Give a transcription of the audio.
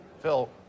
Phil